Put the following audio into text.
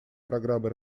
программы